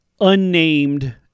unnamed –